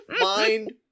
Mind